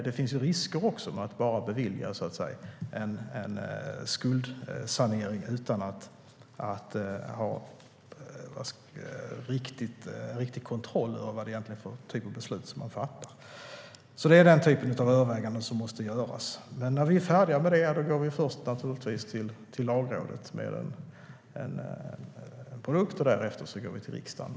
Det finns också risker med att bevilja en skuldsanering utan att ha riktig kontroll över vilken typ av beslut som man egentligen fattar. Det är alltså den typen av överväganden som måste göras. När vi är färdiga med det går vi först naturligtvis till Lagrådet med en produkt, och därefter går vi till riksdagen.